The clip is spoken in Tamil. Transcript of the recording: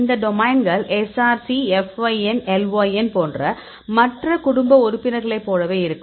இந்த டொமைன்கள் Src fyn lyn போன்ற மற்ற குடும்ப உறுப்பினர்களைப் போலவே இருக்கும்